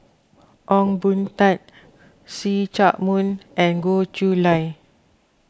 Ong Boon Tat See Chak Mun and Goh Chiew Lye